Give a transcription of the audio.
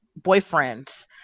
boyfriends